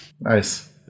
Nice